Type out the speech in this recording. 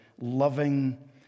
loving